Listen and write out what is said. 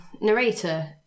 narrator